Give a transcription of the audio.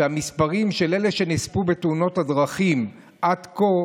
המספרים של אלה שנספו בתאונות הדרכים עד כה